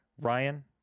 Ryan